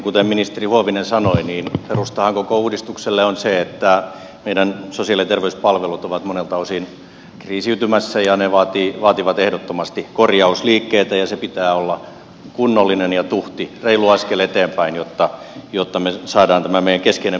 kuten ministeri huovinen sanoi niin perustahan koko uudistukselle on se että meidän sosiaali ja terveyspalvelut ovat monelta osin kriisiytymässä ja ne vaativat ehdottomasti korjausliikkeitä ja sen pitää olla kunnollinen ja tuhti reilu askel eteenpäin jotta me saamme tämän meidän keskeisen peruspalvelun toimimaan